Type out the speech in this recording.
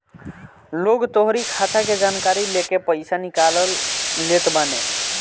लोग तोहरी खाता के जानकारी लेके पईसा निकाल लेत बाने